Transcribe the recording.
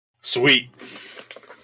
Sweet